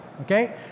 Okay